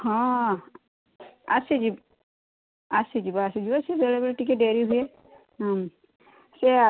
ହଁ ଆସିଛି ଆସିଯିବ ଆସିଯିବ ସେ ବେଳେବେଳେ ଟିକେ ଡେରି ହୁଏ ହଁ ସେଇଆ